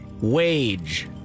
wage